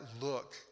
look